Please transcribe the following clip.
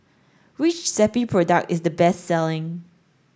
which Zappy product is the best selling